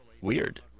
Weird